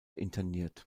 interniert